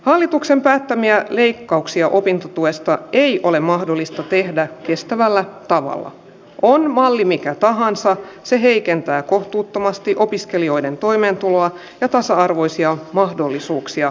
hallituksen päättämiään leikkauksia opintotuesta ei ole mahdollista tehdä kestävällä tavalla on malli mikä tahansa se heikentää kohtuuttomasti opiskelijoiden toimeentuloa ja tasa arvoisia mahdollisuuksia